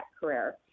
career